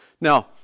Now